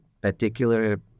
particular